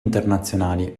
internazionali